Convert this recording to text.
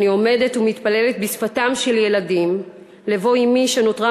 אני עומדת ומתפללת בשפתם של ילדים לבוא אמי שנותרה